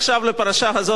אבל בואו נניח